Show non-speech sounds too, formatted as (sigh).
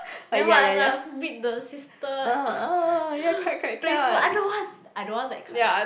then what beat the sister (breath) playful I don't want I don't want that kind